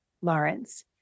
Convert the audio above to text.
Lawrence